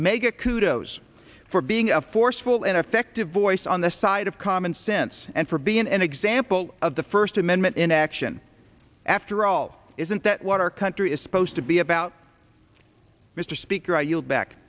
ga kudos for being a forceful and effective voice on the side of common sense and for being an example of the first amendment in action after all isn't that what our country is supposed to be about mr speaker i yield back